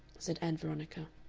said ann veronica.